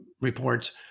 reports